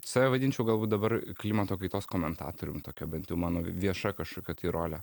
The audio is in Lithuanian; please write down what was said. save vadinčiau galbūt dabar klimato kaitos komentatorium tokia bent jau mano vieša kašokia tai rolė